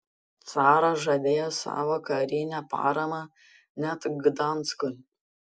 caras žadėjo savo karinę paramą net gdanskui